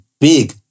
big